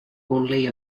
only